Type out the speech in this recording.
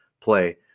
play